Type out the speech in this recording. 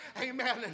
Amen